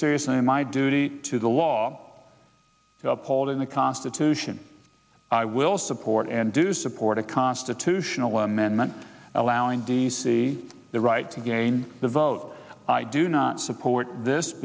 seriously my duty to the law upholding the constitution i will support and do support a constitutional amendment allowing d c the right to gain the vote i do not support this